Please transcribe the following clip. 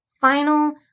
Final